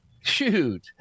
Shoot